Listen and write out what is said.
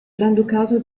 granducato